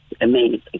amazing